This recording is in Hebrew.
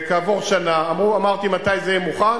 כעבור שנה, אמרתי: מתי זה יהיה מוכן?